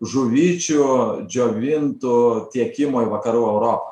žuvyčių džiovintų tiekimo į vakarų europą